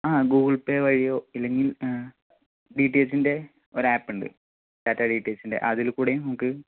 ആ Google Pay വഴിയോ ഇല്ലെങ്കിൽ ഡിടിഎച്ചിൻ്റെ ഒരാപ്പുണ്ട് ഡിടിഎച്ചിൻ്റെ അതിലുകൂടിയും നമുക്ക്